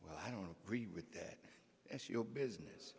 well i don't agree with that as your business